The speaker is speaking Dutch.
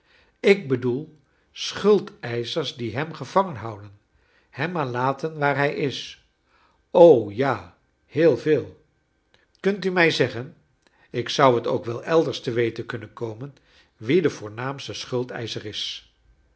ik bedoel schuldeischers die hem gevangen houden hem maar laten waar hij is o ja heel veel kunt u mij zeggen ik zou t ook wel elders te weten kunnen komen wie de voornaamste schuldeischer is